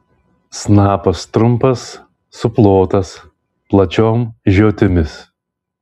snapas trumpas suplotas plačiom žiotimis